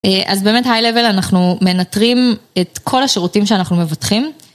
אז באמת היי-לבל אנחנו מנטרים את כל השירותים שאנחנו מבטחים.